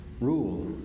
Rule